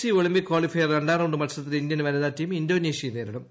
C Olympic qualifier രണ്ടാം round മത്സരത്തിൽ Indian വനിതാ ടീം ഇൻഡോനേഷ്യയെ നേരിടും